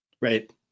Right